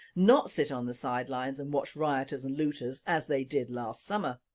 not sit on the sidelines and watch rioters and looters as they did last summer.